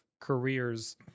careers